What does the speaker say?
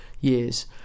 years